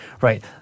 right